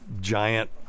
giant